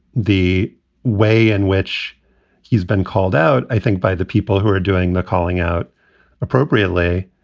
the way in which he's been called out, i think, by the people who are doing the calling out appropriately,